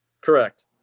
Correct